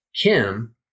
Kim